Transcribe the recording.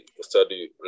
study